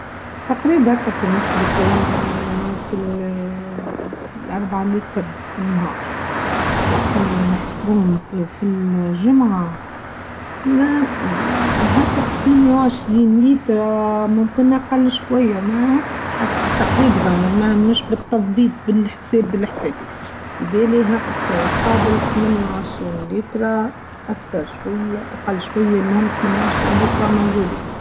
تقريبا هكه نشرب في اااااا أربعه لتر في النهار و كي نحسبوهم في الجمعه هكه ثمانيه و عشرين ليتر اااا ممكن أقل شويه ما هكه حسب التقريب مش بالتظبيط بالحساب بالحساب في بالي هاكا قابل ثمانيه و عشرين ليترا أكثر شويه أقل شويه المهم ثمانيه و عشرين لترا موجودين.